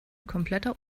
kompletter